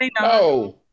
no